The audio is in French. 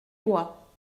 bois